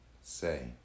say